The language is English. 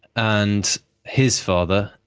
and his father,